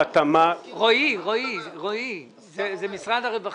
דעתנו, אין שום הצדקה שתיגש למשרד הפנים.